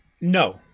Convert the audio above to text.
No